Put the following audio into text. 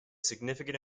significant